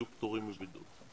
יהיו פטורים מבידוד.